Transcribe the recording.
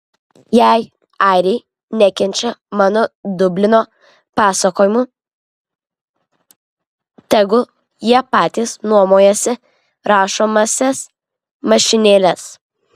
jei airiai nekenčia mano dublino pasakojimų tegu jie patys nuomojasi rašomąsias mašinėles